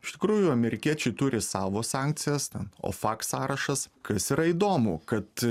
iš tikrųjų amerikiečiai turi savo sankcijas ten ofak sąrašas kas yra įdomu kad